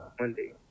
Monday